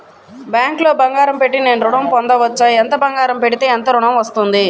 బ్యాంక్లో బంగారం పెట్టి నేను ఋణం పొందవచ్చా? ఎంత బంగారం పెడితే ఎంత ఋణం వస్తుంది?